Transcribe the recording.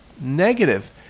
negative